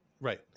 Right